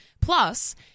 plus